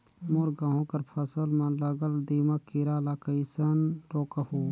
मोर गहूं कर फसल म लगल दीमक कीरा ला कइसन रोकहू?